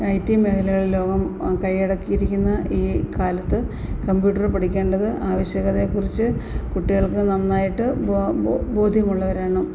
I T മേഖലകള് ലോകം കയ്യടക്കിയിരിക്കുന്ന ഈ കാലത്ത് കമ്പ്യൂട്ടര് പഠിക്കേണ്ടത് ആവശ്യകതയെക്കുറിച്ച് കുട്ടികള്ക്ക് നന്നായിട്ട് ബോധ്യമുള്ളവരാണ്